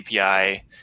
API